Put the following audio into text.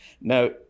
Now